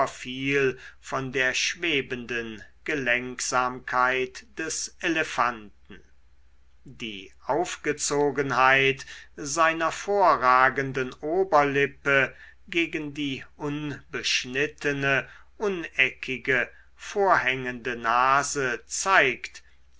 viel von der schwebenden gelenksamkeit des elefanten die aufgezogenheit seiner vorragenden oberlippe gegen die unbeschnittene uneckige vorhängende nase zeigt